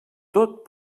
tot